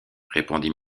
répondit